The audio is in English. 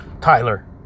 Tyler